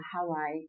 Hawaii